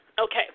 Okay